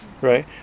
right